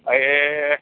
ए